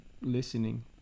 listening